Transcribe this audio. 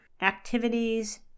activities